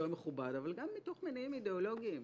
מכובד אבל גם מתוך מניעים אידיאולוגיים.